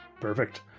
Perfect